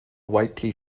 white